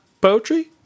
poetry